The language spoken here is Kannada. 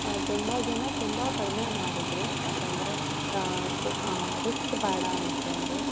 ತುಂಬ ಜನ ತುಂಬ ಕಡಿಮೆ ಮಾಡಿದರು ಯಾಕಂದರೆ ತು ರಿಸ್ಕ್ ಬೇಡ ಅಂದ್ಕೊಂಡು